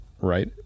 right